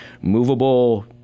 movable